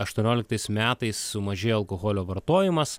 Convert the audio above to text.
aštuonioliktais metais sumažėjo alkoholio vartojimas